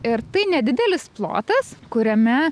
ir tai nedidelis plotas kuriame